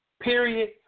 Period